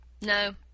No